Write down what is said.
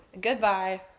goodbye